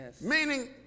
Meaning